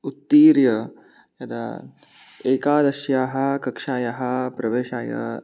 उत्तीर्य यदा एकादश्याः कक्षायाः प्रवेशाय